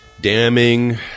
Damning